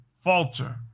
falter